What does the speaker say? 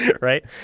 right